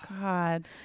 God